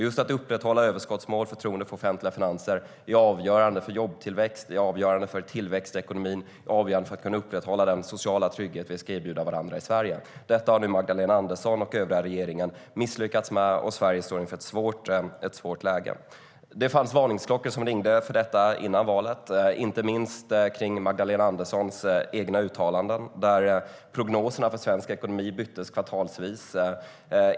Just att upprätthålla överskottsmål och förtroende för offentliga finanser är avgörande för jobbtillväxt, för tillväxt i ekonomin och för att kunna upprätthålla den sociala trygghet vi ska erbjuda varandra i Sverige. Detta har Magdalena Andersson och övriga regeringen misslyckats med, och Sverige står inför ett svårt läge. Det fanns varningsklockor som ringde för detta före valet, inte minst för Magdalena Anderssons egna uttalanden. Prognoserna för svensk ekonomi byttes kvartalsvis.